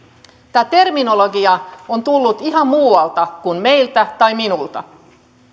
tämä terminologia on tullut ihan muualta kuin meiltä tai minulta